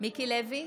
מיקי לוי,